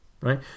right